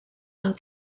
amb